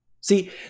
See